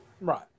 Right